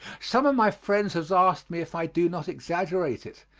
some of my friends have asked me if i do not exaggerate it,